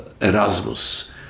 Erasmus